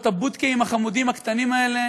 את ה"בוּדקות" החמודות הקטנות האלה,